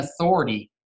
authority